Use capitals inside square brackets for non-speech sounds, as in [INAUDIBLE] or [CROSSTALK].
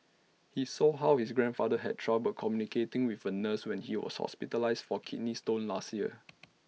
he saw how his grandfather had trouble communicating with A nurse when he was hospitalised for kidney stones last year [NOISE]